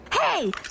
Hey